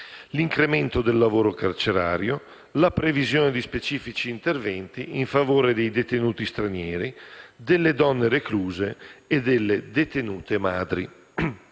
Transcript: l'incremento del lavoro carcerario, la previsione di specifici interventi in favore dei detenuti stranieri, delle donne recluse e delle detenute madri.